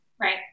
Right